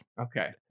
Okay